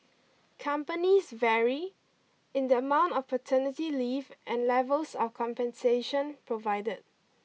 companies vary in the amount of paternity leave and levels of compensation provided